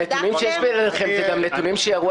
הנתונים שיש בידיכם הם גם נתונים שירו